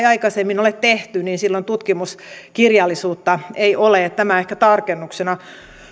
aikaisemmin ole tehty jolloin silloin tutkimuskirjallisuutta ei ole tämä ehkä tarkennuksena